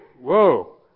whoa